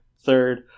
third